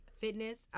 fitness